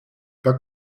pas